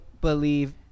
believe